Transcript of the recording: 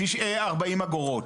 שיהיה 40 אגורות.